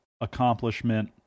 accomplishment